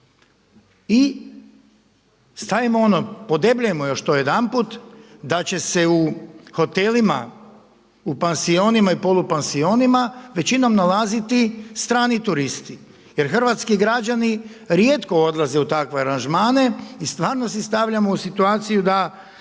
I stavimo ono podebljajmo to još jedanput da će se u hotelima u pansionima i polupansionima većinom nalaziti strani turisti jer hrvatski građani rijetko odlaze u takve aranžmane i stvarno si stavljamo u situaciju da